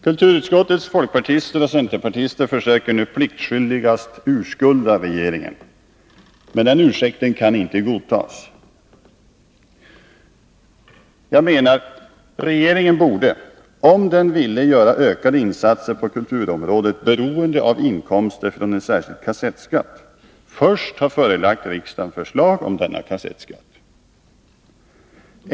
Kulturutskottets folkpartister och centerpartister försöker pliktskyldigast urskulda regeringen. Men ursäkten kan inte godtas. Regeringen borde, om den ville göra ökade insatser på kulturområdet beroende av inkomster från en kassettskatt, först ha förelagt riksdagen förslag om denna kassettskatt.